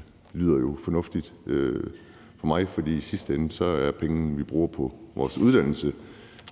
100 lyder jo fornuftigt for mig, for i sidste ende er de penge, vi bruger på vores uddannelse,